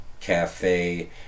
cafe